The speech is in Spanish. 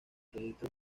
registros